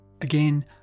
Again